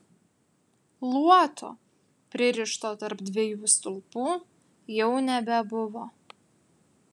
luoto pririšto tarp dviejų stulpų jau nebebuvo